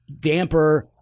damper